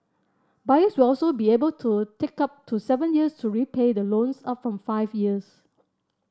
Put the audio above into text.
buyers will also be able to take up to seven years to repay the loans up from five years